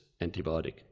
antibiotic